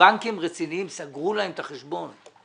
שבנקים רציניים סגרו להם את החשבון.